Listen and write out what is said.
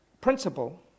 principle